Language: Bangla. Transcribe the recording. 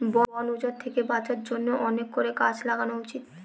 বন উজাড় থেকে বাঁচার জন্য অনেক করে গাছ লাগানো উচিত